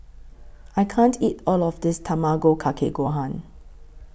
I can't eat All of This Tamago Kake Gohan